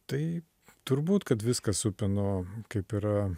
tai turbūt kad viską supinu kaip ir